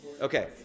Okay